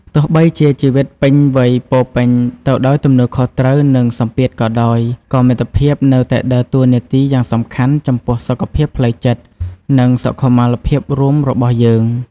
ទោះបីជាជីវិតពេញវ័យពោរពេញទៅដោយទំនួលខុសត្រូវ និងសម្ពាធក៏ដោយ ក៏មិត្តភាពនៅតែដើរតួនាទីយ៉ាងសំខាន់ចំពោះសុខភាពផ្លូវចិត្ត និងសុខុមាលភាពរួមរបស់យើង។